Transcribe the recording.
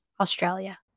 Australia